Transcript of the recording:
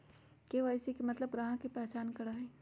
KYC के मतलब ग्राहक का पहचान करहई?